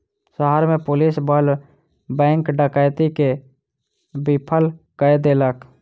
शहर में पुलिस बल बैंक डकैती के विफल कय देलक